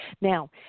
Now